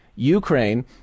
ukraine